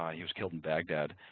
um he was killed in baghdad.